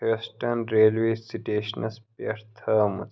Houston railway سِٹیشنَس پٮ۪ٹھ تھٲومٕژ